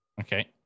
Okay